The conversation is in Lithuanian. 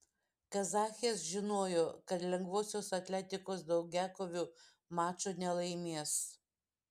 kazachės žinojo kad lengvosios atletikos daugiakovių mačo nelaimės